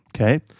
Okay